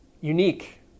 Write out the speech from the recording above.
unique